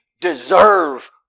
deserve